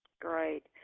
great